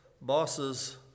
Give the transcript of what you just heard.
bosses